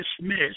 dismissed